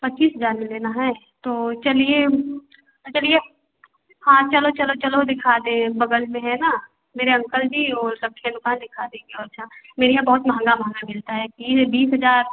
पच्चीस हजार में लेना है तो चलिए चलिए हाँ चलो चलो चलो दिखाते हैं बगल में है ना मेरे अंकल जी और दिखा देंगे और अच्छा मेरे यहाँ बहुत महंगा महंगा मिलता है बीस हजार